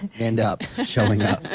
end up showing up.